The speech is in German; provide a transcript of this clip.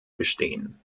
bestehen